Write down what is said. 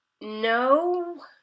No